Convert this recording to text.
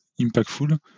impactful